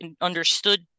understood